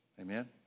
Amen